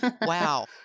wow